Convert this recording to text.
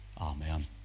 Amen